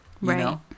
Right